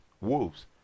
wolves